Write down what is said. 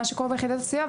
מה שקורה ביחידות הסיוע,